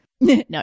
no